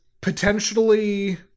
potentially